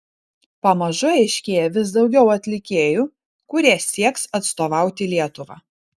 pamažu aiškėja vis daugiau atlikėjų kurie sieks atstovauti lietuvą